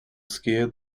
scare